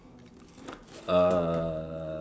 uh